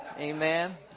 Amen